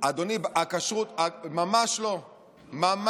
בכשרות לא עשית את זה.